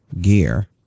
gear